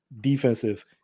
defensive